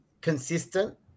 consistent